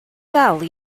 ddel